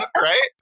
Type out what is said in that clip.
right